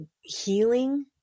healing